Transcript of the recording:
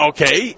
Okay